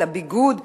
ביגוד ועוד?